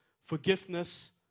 forgiveness